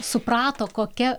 suprato kokia